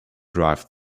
dive